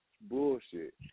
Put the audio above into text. bullshit